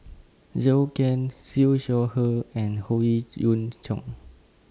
Zhou Can Siew Shaw Her and Howe Yoon Chong